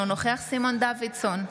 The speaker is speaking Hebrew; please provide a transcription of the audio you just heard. אינו נוכח סימון דוידסון,